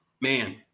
man